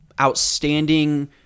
outstanding